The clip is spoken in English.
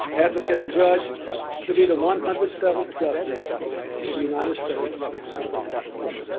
advocate and judge to be the one hundred seventh justice to the united states supreme court,